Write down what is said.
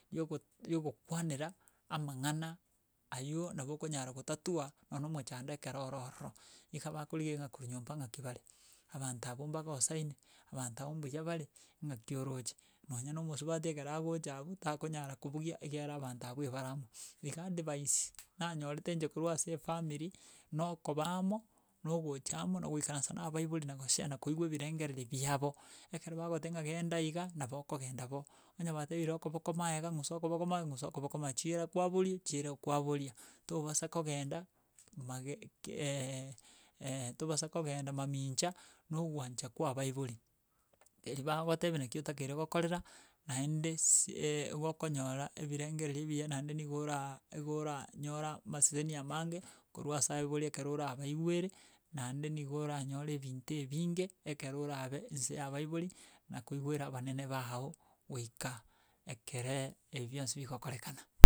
Riogot riogo kwanera, amang'ana aywo nabo okonyara gotatua nonye na omochando ekero ororo, iga bakorigereria ng'a korwa nyomba ng'aki bare, abanto abwo mbagosaine, abanto abwo mbuya bare, ng'aki oroche, nonye na omosubati ekero agocha abwo, takonyara kobugia egiara abanto abwo ebara amo. Iga advice nanyorete inche korwa ase efamiri, na okoba amo, na ogocha amo, na goikaransa na abaibori na goshare na koigwa ebirengereri biabo, ekero bagogotebi ng'a genda iga, nabo okogenda bo onye batebire okoboko maega, ng'usa okoboko maega ng'usa okoboko ma, chira kwaboria, chira kwaboria tobasa kogenda mage ke tobasa kogenda mamincha na ogwancha kwa baibori, eria bagogotebi naki otakeire gokorera naende si gokonyora ebirengereri ebiya naende nigo ora egora- nyora amaseseni amange korwa ase abaibori ekero orabaigwere, naende nigo oranyore ebinto ebinge, ekere orabe nse ya abaibori, na koigwera abanene bago goika ekeree, ebi bionsi bigokorekana.